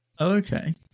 Okay